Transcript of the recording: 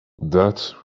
that